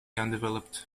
undeveloped